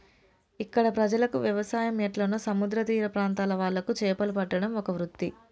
ఇక్కడ ప్రజలకు వ్యవసాయం ఎట్లనో సముద్ర తీర ప్రాంత్రాల వాళ్లకు చేపలు పట్టడం ఒక వృత్తి